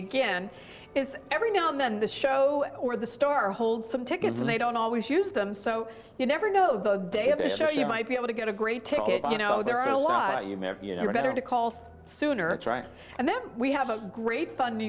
again is every now and then the show or the store holds some tickets and they don't always use them so you never know the day of the show you might be able to get a great ticket but you know there are a lot you may have you know better to call sooner it's right and that we have a great fun new